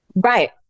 Right